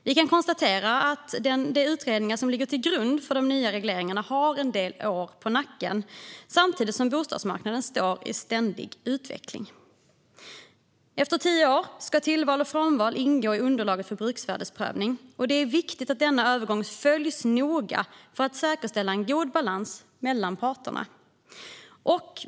Vi kan konstatera att de utredningar som ligger till grund för de nya regleringarna har en del år på nacken, samtidigt som bostadsmarknaden står i ständig utveckling. Efter tio år ska tillval och frånval ingå i underlaget för bruksvärdesprövning, och det är viktigt att denna övergång följs noga för att en god balans mellan parterna ska kunna säkerställas.